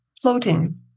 floating